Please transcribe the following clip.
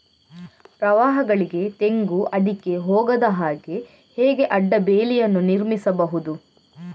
ಪ್ರವಾಹಗಳಿಗೆ ತೆಂಗು, ಅಡಿಕೆ ಹೋಗದ ಹಾಗೆ ಹೇಗೆ ಅಡ್ಡ ಬೇಲಿಯನ್ನು ನಿರ್ಮಿಸಬಹುದು?